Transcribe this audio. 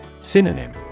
Synonym